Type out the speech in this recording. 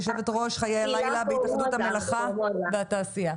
יושבת-ראש חיי הלילה בהתאחדות המלאכה ותעשייה.